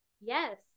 yes